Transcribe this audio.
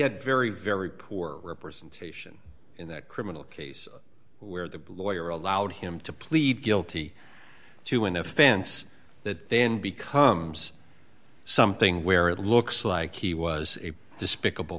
had very very poor representation in that criminal case where the lawyer allowed him to plead guilty to an offense that then becomes something where it looks like he was a despicable